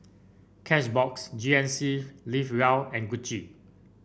Cashbox G N C Live Well and Gucci